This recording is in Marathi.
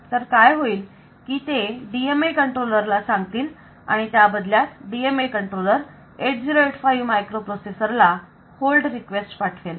तर काय होईल की ते DMA कंट्रोलर ला सांगतील आणि त्या बदल्यात DMA कंट्रोलर 8085 मायक्रोप्रोसेसर ला होल्ड रिक्वेस्ट पाठवेल